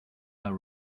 our